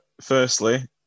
firstly